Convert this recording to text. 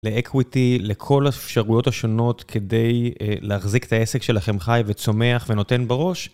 ל-equity לכל האפשרויות השונות כדי להחזיק את העסק שלכם חי וצומח ונותן בראש.